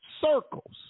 circles